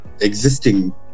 existing